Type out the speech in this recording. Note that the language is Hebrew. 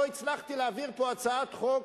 אפילו לא הצלחתי להעביר פה הצעת חוק,